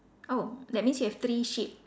oh that means you have three sheep